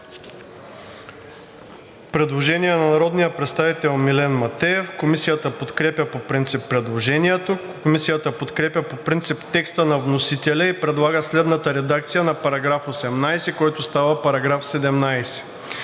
Предложение на народния представител Милен Матеев. Комисията подкрепя по принцип предложението. Комисията подкрепя по принцип текста на вносителя и предлага следната редакция на § 18, който става § 17: „§ 17.